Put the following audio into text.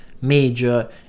major